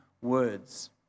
words